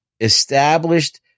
established